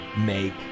make